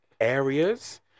areas